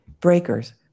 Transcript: Breakers